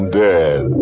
dead